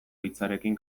hitzarekin